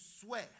swear